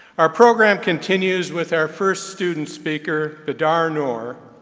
our program continues with our first student speaker, bedar noor,